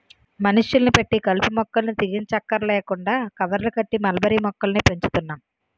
మనుషుల్ని పెట్టి కలుపు మొక్కల్ని తీయంచక్కర్లేకుండా కవర్లు కట్టి మల్బరీ మొక్కల్ని పెంచుతున్నాం